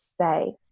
say